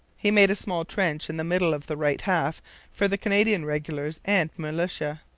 he made a small trench in the middle of the right half for the canadian regulars and militia,